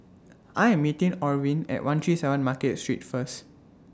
I Am meeting Orvin At one three seven Market Street First